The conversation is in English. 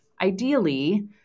ideally